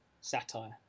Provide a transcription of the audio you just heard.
Satire